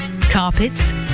carpets